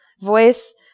voice